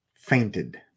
Fainted